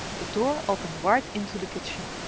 the door opened right into the kitchen.